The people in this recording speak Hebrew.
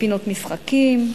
פינות משחקים,